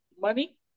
money